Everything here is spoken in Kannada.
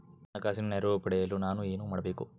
ಹಣಕಾಸಿನ ನೆರವು ಪಡೆಯಲು ನಾನು ಏನು ಮಾಡಬೇಕು?